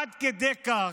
עד כדי כך,